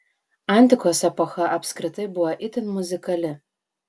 antikos epocha apskritai buvo itin muzikali